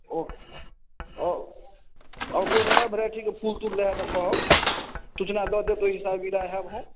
ओ ओ आओर कोइ नया वेराइटीके फूल तूल रहै तऽ कहब सूचना दै देब ताहि हिसाबसे विदा हैब हम